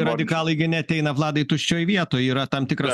radikalai gi neateina vladai tuščioj vietoj yra tam tikra